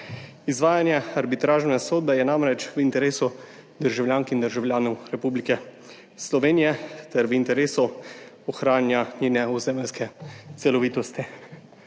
Izvajanje arbitražne sodbe je namreč v interesu državljank in državljanov Republike Slovenije ter v interesu ohranjanja njene ozemeljske celovitosti